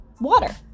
water